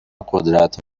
قدرت